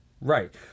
Right